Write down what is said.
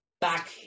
back